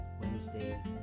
Wednesday